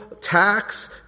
tax